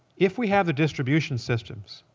if we have the distribution systems